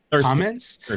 comments